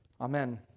Amen